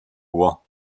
ohr